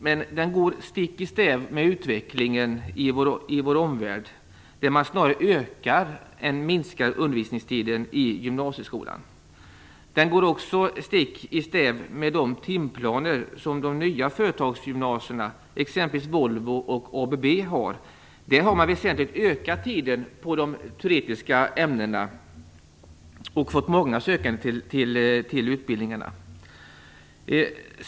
Men den går stick i stäv med utvecklingen i vår omvärld, där man snarare ökar än minskar undervisningstiden i gymnasieskolan. Den går också stick i stäv med de timplaner som finns på de nya företagsgymnasierna som exempelvis Volvo och ABB har. Där har man väsentligt ökat tiden för de teoretiska ämnena och fått många sökande till utbildningarna.